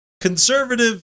conservative